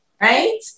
right